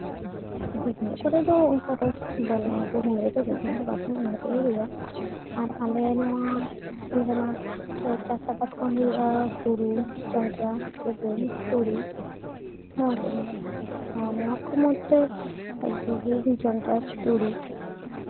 ᱜᱩᱦᱩᱢ ᱠᱚᱨᱮᱜ ᱫᱚ ᱚᱱᱠᱟ ᱫᱚ ᱵᱟᱹᱱᱩᱜᱼᱟ ᱜᱩᱦᱩᱢ ᱨᱮᱫᱚ ᱢᱤᱫ ᱫᱚᱢ ᱠᱤ ᱵᱟᱨ ᱫᱚᱢ ᱮᱢ ᱞᱮᱠᱷᱟᱡ ᱜᱮ ᱦᱩᱭᱩᱜᱼᱟ ᱟᱨ ᱟᱞᱮ ᱱᱚᱣᱟ ᱫᱤᱥᱚᱢ ᱨᱮᱢᱟ ᱪᱟᱥ ᱟᱵᱟᱫ ᱢᱟ ᱦᱩᱭᱩᱜᱼᱟ ᱦᱩᱲᱩ ᱡᱚᱱᱰᱨᱟ ᱜᱩᱦᱩᱢ ᱛᱩᱲᱤ ᱱᱚᱣᱟ ᱠᱚᱜᱮ ᱟᱨ ᱱᱚᱣᱟ ᱠᱚ ᱢᱩᱫᱽᱨᱮ ᱜᱩᱦᱩᱢ ᱡᱚᱱᱰᱨᱟ ᱛᱩᱲᱤ